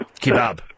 Kebab